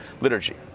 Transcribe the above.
liturgy